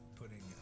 putting